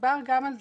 מדובר גם על